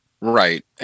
Right